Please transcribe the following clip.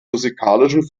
musikalischen